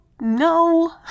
no